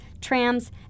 trams